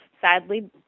sadly